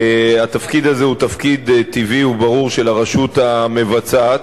התפקיד הזה הוא תפקיד טבעי וברור של הרשות המבצעת,